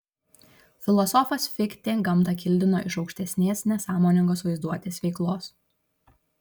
filosofas fichtė gamtą kildino iš aukštesnės nesąmoningos vaizduotės veiklos